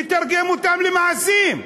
נתרגם אותן למעשים.